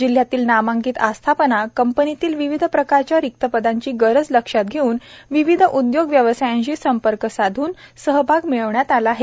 जिल्ह्यातील नामांकित आस्थापना कंपनींतील विविध प्रकारच्या रिक्त पदांची गरज लक्षात घेऊन विविध उद्योग व्यवसायांशी संपर्क साधून सहभाग मिळविण्यात आला आहे